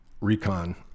recon